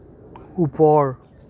ওপৰ